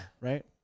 right